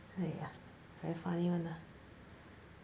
very funny one lah